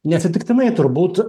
neatsitiktinai turbūt